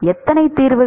எத்தனை தீர்வுகள்